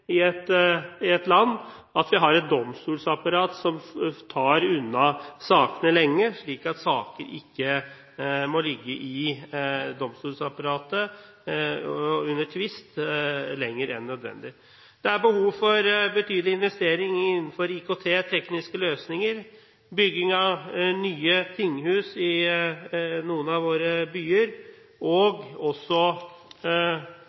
i et land at vi har et domstolsapparat som tar unna sakene, slik at saker ikke må ligge i domstolsapparatet under tvist lenger enn nødvendig. Det er behov for betydelige investeringer innenfor IKT og tekniske løsninger, det er behov for bygging av nye tinghus i noen av våre byer,